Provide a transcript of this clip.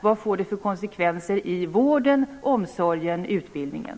Vad får det för konsekvenser i vården, omsorgen och utbildningen?